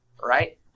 Right